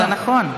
זה נכון.